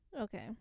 Okay